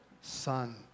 son